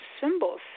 symbols